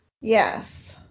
Yes